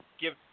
give